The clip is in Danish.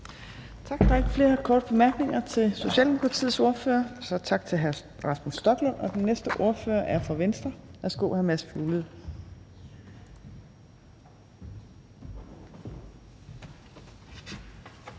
Torp): Der er ikke flere korte bemærkninger til Socialdemokratiets ordfører, så tak til hr. Rasmus Stoklund. Den næste ordfører er fra Venstre. Værsgo til hr. Mads Fuglede.